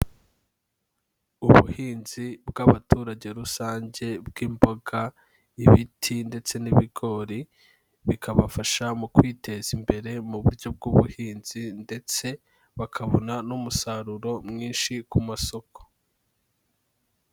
Ubuhinzi bw'abaturage rusange bw'imboga, ibiti, ndetse n'ibigori, bikabafasha mu kwiteza imbere mu buryo bw'ubuhinzi, ndetse bakabona n'umusaruro mwinshi ku masoko.